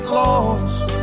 lost